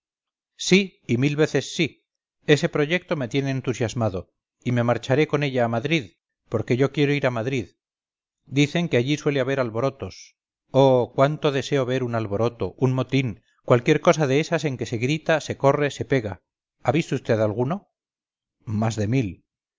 sí y mil veces sí ese proyecto me tiene entusiasmado y me marcharé con ella a madrid porque yo quiero ir a madrid dicen que allí suele haber alborotos oh cuánto deseo ver un alboroto un motín cualquier cosa de esas en que se grita se corre se pega ha visto vd alguno más de mil